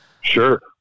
Sure